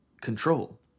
control